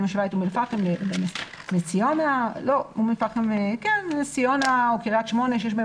משווה את אום אל פאחם לנס ציונה או קריית שמונה שיש בהן